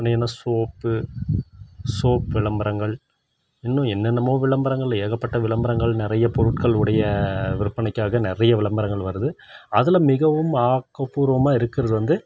பார்த்திங்கன்னா soap soap விளம்பரங்கள் இன்னும் என்னென்னமோ விளம்பரங்களில் ஏகப்பட்ட விளம்பரங்கள் நிறைய பொருட்கள் உடைய விற்பனைக்காக நிறைய விளம்பரங்கள் வருது அதில் மிகவும் ஆக்கபூர்வமாக இருக்கிறது வந்து